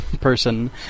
person